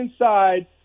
inside